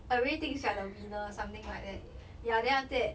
everybody thinks you are the winner something like that ya then after that